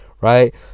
right